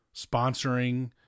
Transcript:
sponsoring